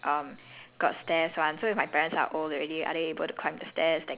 like how you how you going to move in and then it's two storeys and then like uh